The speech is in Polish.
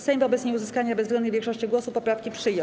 Sejm wobec nieuzyskania bezwzględnej większości głosów poprawki przyjął.